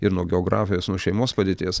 ir nuo geografijos nuo šeimos padėties